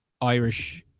Irish